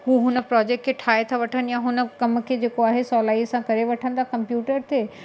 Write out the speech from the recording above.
हू हुन प्रोजेक्ट खे ठाहे था वठनि या हुन कम खे जेको आहे सहुलाईअ सां करे वठनि था कंप्यूटर ते